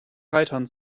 reitern